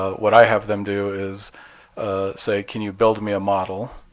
what i have them do is say, can you build me a model